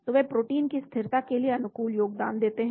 तो वे प्रोटीन स्थिरता के लिए अनुकूल योगदान देते हैं